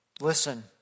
Listen